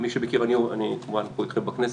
מי שמכיר, אני כמובן פה אתכם בכנסת,